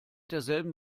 derselben